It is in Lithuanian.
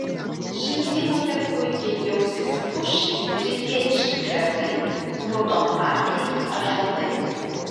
želdynuose puikiai jausis pušys rytietiški klevai raudonlapiai ąžuolai